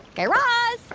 guy raz?